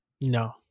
No